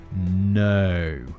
No